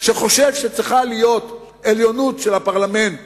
והוא חושב שצריכה להיות עליונות של הפרלמנט